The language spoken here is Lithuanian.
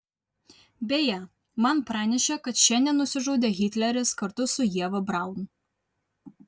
beje man pranešė kad šiandien nusižudė hitleris kartu su ieva braun